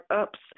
ups